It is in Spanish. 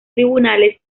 tribunales